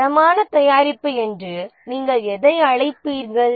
தரமான தயாரிப்பு என்று நீங்கள் எதை அழைப்பீர்கள்